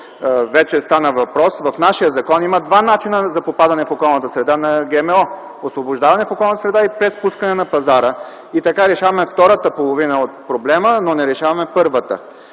вече стана въпрос, в нашия закон има два начина за попадане в околната среда на ГМО – освобождаване в околната среда и през пускане на пазара. Така решаваме втората половина от проблема, но не решаваме първата.